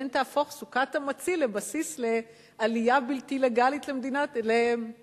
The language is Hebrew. פן תהפוך סוכת המציל לבסיס לעלייה בלתי לגלית ליישוב.